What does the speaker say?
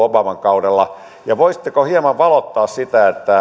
obaman kaudella voisitteko hieman valottaa sitä